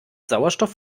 sauerstoff